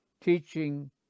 teaching